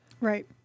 Right